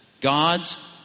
God's